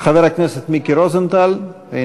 מוותר.